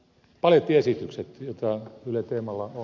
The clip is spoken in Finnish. balettiesitykset joita yle teemalla on